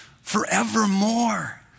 forevermore